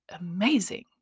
amazing